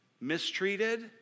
mistreated